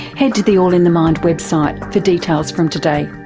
head to the all in the mind website for details from today.